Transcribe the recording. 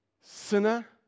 sinner